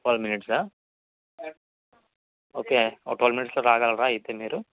twelve మినిట్సా okay ఒక twelve మినిట్స్లో రాగలరా అయితే మీరు